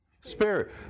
spirit